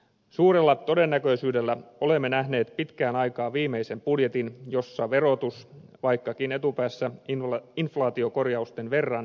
suurella todennäköisyydellä olemme nähneet pitkään aikaan viimeisen budjetin jossa verotus vaikkakin etupäässä inflaatiokorjausten verran kevenee